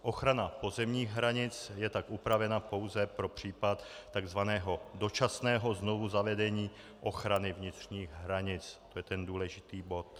Ochrana pozemních hranic je tak upravena pouze pro případ takzvaného dočasného znovuzavedení ochrany vnitřních hranic to je ten důležitý bod.